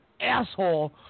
asshole